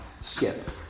skip